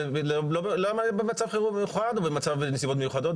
למה במצב חירום מיוחד או בנסיבות מיוחדות?